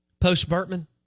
post-Burtman